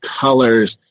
colors